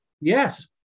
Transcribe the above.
Yes